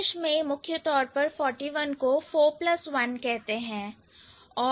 English में मुख्य तौर पर forty one को four प्लस one कहते हैं